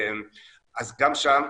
אז גם שם,